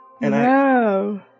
No